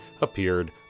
appeared